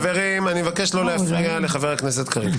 חברים, אני מבקש לא להפריע לחבר הכנסת קריב.